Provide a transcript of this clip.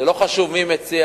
זה לא חשוב מי מציע.